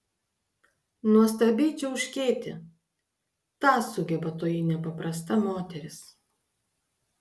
nuostabiai čiauškėti tą sugeba toji nepaprasta moteris